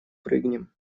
прыгнем